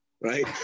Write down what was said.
right